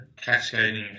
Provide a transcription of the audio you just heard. cascading